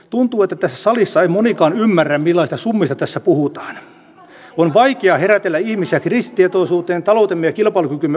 tuntuu että salissa imudicon märän villaista summista tässä puhutaan kun lait ja herätellä ihmisiä kriisitietoisuuteen taloutemme kilpailukykymme